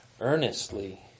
earnestly